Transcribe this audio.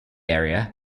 area